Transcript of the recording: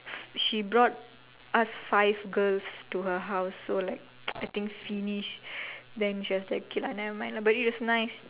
she brought us five girls to her house so like I think finish then she was like okay lah nevermind lah but it was nice